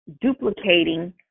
duplicating